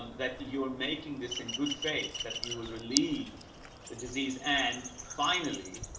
that you're making this in good faith, that you will relieve the disease. and finally,